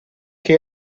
che